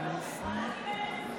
נא לא למחוא כפיים,